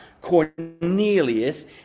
Cornelius